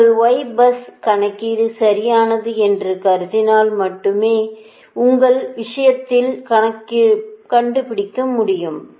உங்கள் Y பஸ் கணக்கீடு சரியானது என்று கருதினால் மட்டுமே அந்த விஷயத்தில் கண்டுபிடிக்க முடியும்